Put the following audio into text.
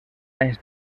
anys